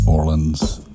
Orleans